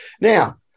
Now